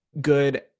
good